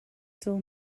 still